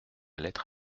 lettre